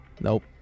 Nope